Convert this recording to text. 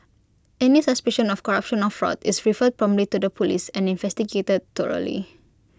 any suspicion of corruption or fraud is referred promptly to the Police and investigated